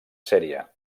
sèrie